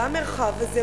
במרחב הזה,